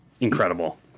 incredible